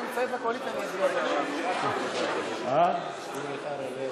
אני מציית לקואליציה, אני אצביע בעד.